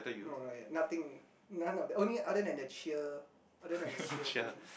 no not yet nothing none of the only other than the cheer other than cheer team